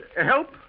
help